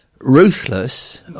ruthless